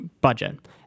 budget